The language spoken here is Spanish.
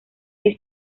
que